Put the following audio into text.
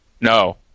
No